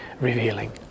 revealing